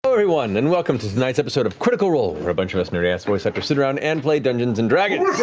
everyone! and welcome to tonight's episode of critical role, where a bunch of us nerdy-ass voice actors sit around and play dungeons and dragons.